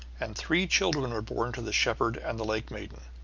and three children were born to the shepherd and the lake-maiden.